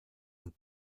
und